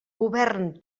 govern